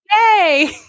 yay